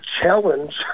challenge